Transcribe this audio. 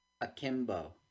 Akimbo